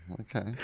okay